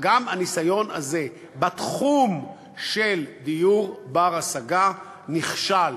גם הניסיון הזה בתחום של דיור בר-השגה נכשל.